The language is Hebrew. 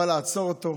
הוא בא לעצור אותו,